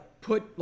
put